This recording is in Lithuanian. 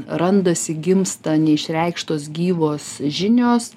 randasi gimsta neišreikštos gyvos žinios